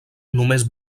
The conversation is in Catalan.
només